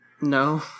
No